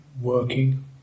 working